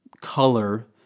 color